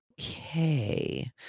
Okay